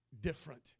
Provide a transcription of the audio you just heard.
different